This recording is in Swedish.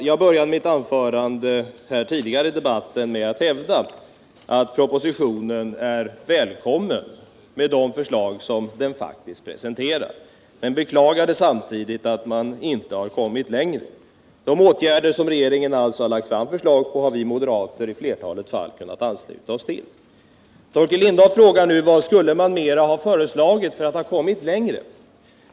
Jag började mitt anförande tidigare i debatten med att hävda att propositionen är välkommen med de förslag som den faktiskt presenterar. Samtidigt beklagade jag att man inte kommit längre. De åtgärder som regeringen lagt fram förslag om har vi moderater i ett flertal fall kunnat ansluta oss till. Torkel Lindahl frågar nu vad man mera skulle ha föreslagit för att ha kommit längre.